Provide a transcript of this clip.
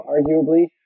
arguably